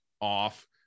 off